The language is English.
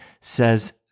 says